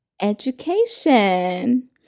education